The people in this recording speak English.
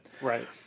Right